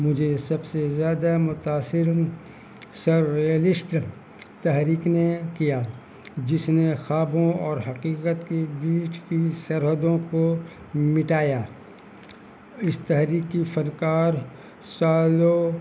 مجھے سب سے زیادہ متاثر سرلسٹ تحریک نے کیا جس نے خوابوں اور حقیقت کی بیچ کی سرحدوں کو مٹایا اس تحریک کی فنکار سالوں